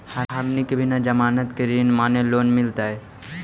हमनी के बिना जमानत के ऋण माने लोन मिलतई?